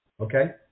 okay